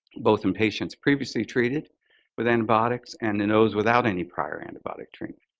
both in patients previously treated with antibiotics and in those without any prior antibiotic treatment.